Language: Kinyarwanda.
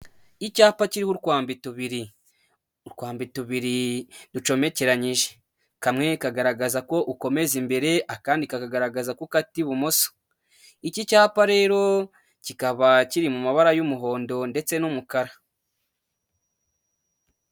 Icyapa kiriho utwambi tubiri, utwambe tubiri ducomekeranije, kamwe kagaragaza ko ukomeza imbere, akandi kakagaragaza ko ukata ibumoso, iki cyapa rero kikaba kiri mu mabara y'umuhondo ndetse n'umukara.